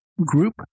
group